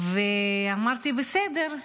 ואמרתי: בסדר,